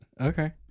Okay